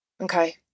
Okay